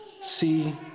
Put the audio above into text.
See